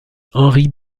henry